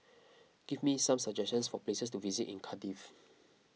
give me some suggestions for places to visit in Cardiff